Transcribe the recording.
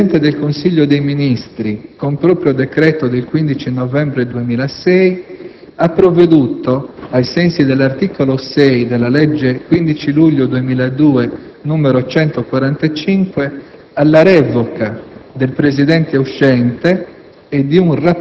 il Presidente del Consiglio dei ministri, con proprio decreto del 15 novembre 2006, ha provveduto, ai sensi dell'articolo 6 della legge 15 luglio 2002, n. 145, alla revoca del presidente uscente